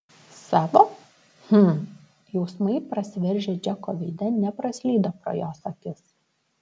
savo hm jausmai prasiveržę džeko veide nepraslydo pro jos akis